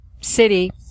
city